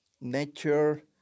Nature